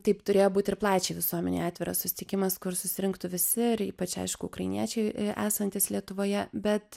taip turėjo būt ir plačiai visuomenei atviras susitikimas kur susirinktų visi ypač aišku ukrainiečiai esantys lietuvoje bet